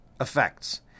Effects